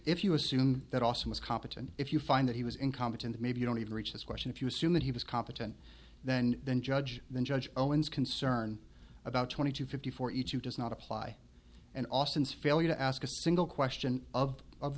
if you assume that also is competent if you find that he was incompetent maybe you don't even reach this question if you assume that he was competent then than judge the judge owens concern about twenty two fifty forty two does not apply and austin's failure to ask a single question of of